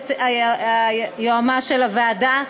היועמ"ש של הוועדה,